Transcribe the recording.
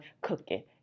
cooking